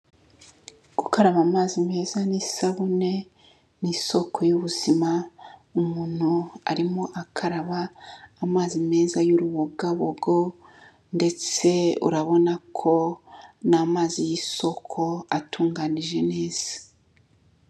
Gukaraba amazi meza n'isabune ni isoko y'ubuzima, umuntu arimo akaraba amazi meza y'urubogabogo ndetse urabona ko ni amazi y'isoko atunganije neza.